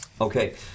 Okay